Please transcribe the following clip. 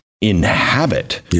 inhabit